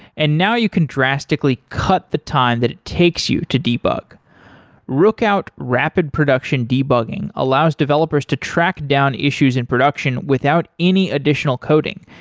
and now you can drastically cut the time that it takes you to debug rookout rapid production debugging allows developers to track down issues in production without any additional coding.